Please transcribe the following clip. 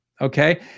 okay